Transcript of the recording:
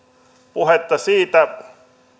puhetta